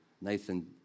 Nathan